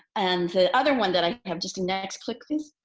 and the other one that i have just next click please.